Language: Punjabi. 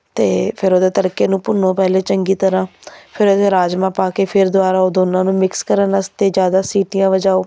ਅਤੇ ਫਿਰ ਉਹਦੇ ਤੜਕੇ ਨੂੰ ਭੁੰਨੋ ਪਹਿਲੇ ਚੰਗੀ ਤਰ੍ਹਾਂ ਫਿਰ ਉਹਦੇ ਰਾਜਮਾਂਹ ਪਾ ਕੇ ਫਿਰ ਦੁਬਾਰਾ ਉਹ ਦੋਨਾਂ ਨੂੰ ਮਿਕਸ ਕਰਨ ਵਾਸਤੇ ਜ਼ਿਆਦਾ ਸੀਟੀਆਂ ਵਜਾਓ